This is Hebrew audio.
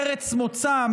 ארץ מוצא,